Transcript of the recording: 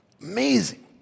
Amazing